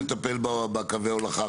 מי בעצם מטפל בקווי ההולכה?